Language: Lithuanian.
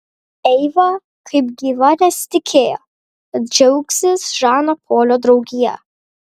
eiva kaip gyva nesitikėjo kad džiaugsis žano polio draugija